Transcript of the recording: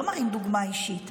לא מראים דוגמה אישית.